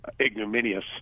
ignominious